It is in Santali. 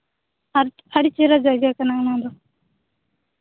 ᱟᱨ ᱟᱹᱰᱤ ᱪᱮᱦᱨᱟ ᱡᱟᱭᱜᱟ ᱠᱟᱱᱟ ᱚᱱᱟᱫᱚ